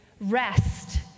rest